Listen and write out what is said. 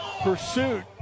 Pursuit